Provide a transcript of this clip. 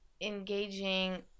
engaging